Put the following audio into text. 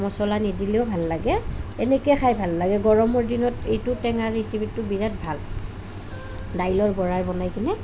মছলা নিদিলেও ভাল লাগে এনেকৈ খাই ভাল লাগে গৰমৰ দিনত এইটো টেঙা ৰেচিপিটো বিৰাট ভাল দাইলৰ বৰা বনাই কিনে